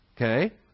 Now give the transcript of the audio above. Okay